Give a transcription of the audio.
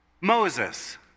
Moses